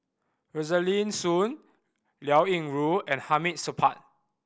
Rosaline Soon Liao Yingru and Hamid Supaat